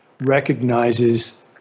recognizes